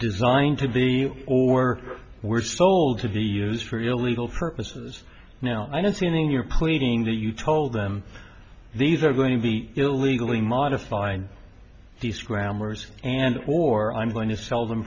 designed to be or were sold to be used for illegal purposes now i have seen in your pleading that you told them these are going to be illegally modified these grammars and or i'm going to sell them